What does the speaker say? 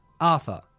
Arthur